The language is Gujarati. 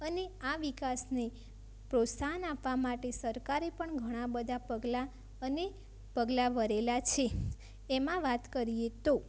અને આ વિકાસને પ્રોત્સાહન આપવા માટે સરકારે પણ ઘણા બધા પગલાં અને પગલાં ભરેલા છે એમાં વાત કરીએ તો